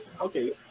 Okay